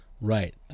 right